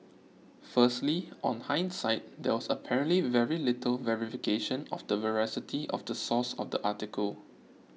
firstly on hindsight there was apparently very little verification of the veracity of the source of the article